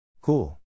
Cool